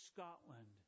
Scotland